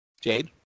Jade